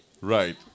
Right